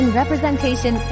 representation